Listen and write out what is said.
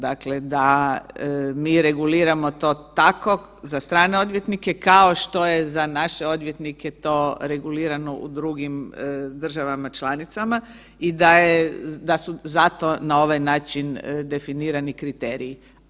Dakle da mi reguliramo to tako za strane odvjetnike, kao što je za naše odvjetnike to regulirano u drugim državama članicama i da je, da su zato na ovaj način definirani kriteriji.